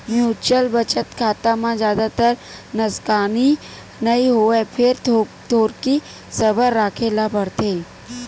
mutual बचत खाता म जादातर नसकानी नइ होवय फेर थोरिक सबर राखे ल परथे